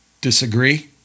disagree